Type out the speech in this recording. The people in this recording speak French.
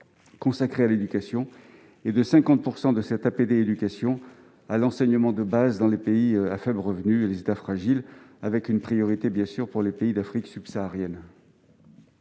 totale à l'éducation et 50 % de cette APD éducation à l'enseignement de base dans les pays à faible revenu et les États fragiles, avec une priorité pour les pays d'Afrique subsaharienne.